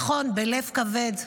נכון, בלב כבד.